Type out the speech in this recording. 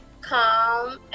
calm